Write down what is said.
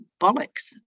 bollocks